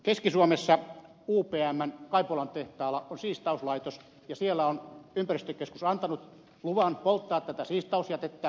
keski suomessa upmn kaipolan tehtaalla on siistauslaitos ja ympäristökeskus on siellä antanut luvan polttaa tätä siistausjätettä